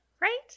Right